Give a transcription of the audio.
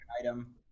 item